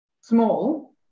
small